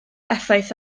effaith